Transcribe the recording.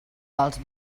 els